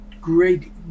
great